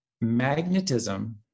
magnetism